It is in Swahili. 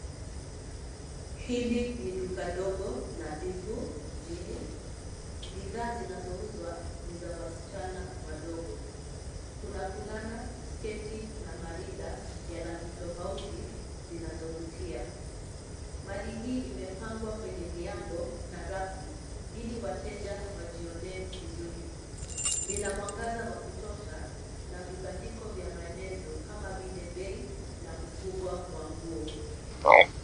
Hili ni duka dogo nadhifu mjini. Bidhaa zinazouzwa ni za wasichana wadogo. Kuna fulana, sketi, na marinda, ya rangi tofauti, zinazovutia. Mali hii imepangwa kwenye viango, na rafu, ili wateja wajionee vizuri. Lina mwangaza wa kutosha, na vibandiko vya maelezo, kama vile bei, na ukubwa wa nguo.